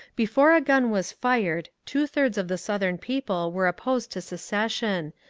before a gun was fired two thirds of the southern people were opposed to secession,